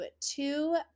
two